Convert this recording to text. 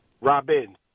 Robin